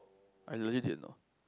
I really did not